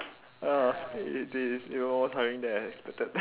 uh it it it is it was more tiring than I expected